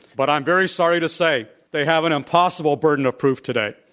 but i'm very sorry to say they have an impossible burden of proof today.